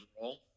role